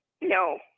No